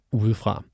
udefra